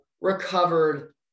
Recovered